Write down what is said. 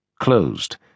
closed